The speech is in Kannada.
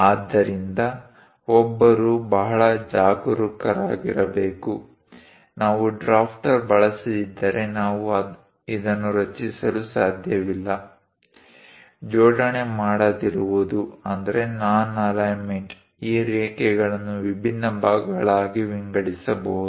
ಆದ್ದರಿಂದ ಒಬ್ಬರು ಬಹಳ ಜಾಗರೂಕರಾಗಿರಬೇಕು ನಾವು ಡ್ರಾಫ್ಟರ್ ಬಳಸದಿದ್ದರೆ ನಾವು ಇದನ್ನು ರಚಿಸಲು ಸಾಧ್ಯವಿಲ್ಲ ಜೋಡಣೆ ಮಾಡದಿರುವುದು ಈ ರೇಖೆಗಳನ್ನು ವಿಭಿನ್ನ ಭಾಗಗಳಾಗಿ ವಿಂಗಡಿಸಬಹುದು